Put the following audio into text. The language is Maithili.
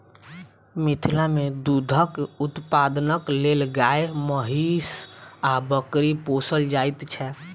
मिथिला मे दूधक उत्पादनक लेल गाय, महीँस आ बकरी पोसल जाइत छै